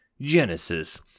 Genesis